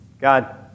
God